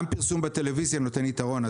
גם פרסום בטלוויזיה נותן יתרון,